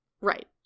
Right